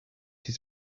his